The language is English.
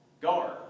guard